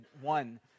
one